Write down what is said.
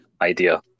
Idea